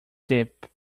deep